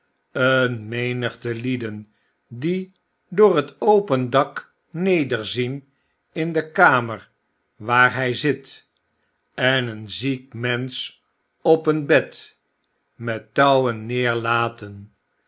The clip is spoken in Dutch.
een menigte lieden die door het open dak nederzien in de kamer waar hij zit en een ziek mensch op een bed met touwen